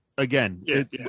Again